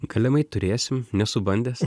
galimai turėsim nesu bandęs